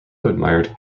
admired